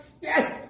Yes